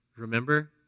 Remember